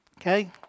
Okay